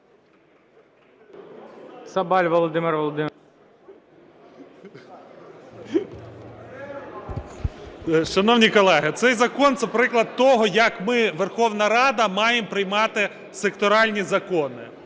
Шановні колеги, цей закон – це приклад того, як ми, Верховна Рада, маємо приймати секторальні закони